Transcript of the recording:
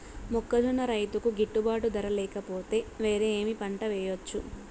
మొక్కజొన్న రైతుకు గిట్టుబాటు ధర లేక పోతే, వేరే ఏమి పంట వెయ్యొచ్చు?